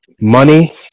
Money